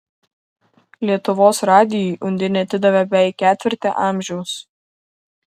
lietuvos radijui undinė atidavė beveik ketvirtį amžiaus